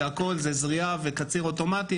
שהכל זה זריעה וקציר אוטומטי,